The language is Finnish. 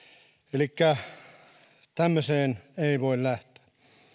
elikkä tämmöiseen ei voi lähteä